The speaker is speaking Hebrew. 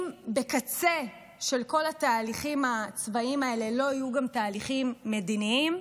אם בקצה של כל התהליכים הצבאיים האלה לא יהיו גם תהליכים מדיניים,